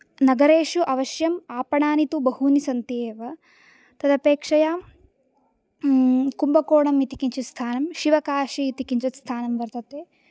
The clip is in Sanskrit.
नगरेषु अवश्यम् आपणानि तु बहूनि सन्ति एव तदपेक्षया कुम्भकोणम् इति किञ्चित् स्थानं शिवकाशि इति किञ्चित् स्थानं वर्तते